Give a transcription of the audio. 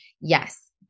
yes